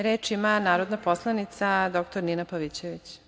Reč ima narodna poslanica dr Nina Pavićević.